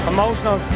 Emotional